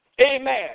Amen